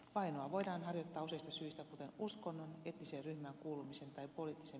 vainoa voidaan harjoittaa useista syistä kuten uskonnon etniseen ryhmään kuulumisen tai poliittisen